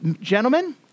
Gentlemen